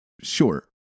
Sure